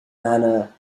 manor